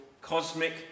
cosmic